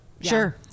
Sure